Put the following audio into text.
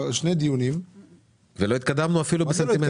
שני דיונים -- ולא התקדמנו אפילו בסנטימטר.